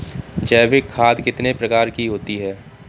जैविक खाद कितने प्रकार की होती हैं?